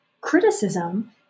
criticism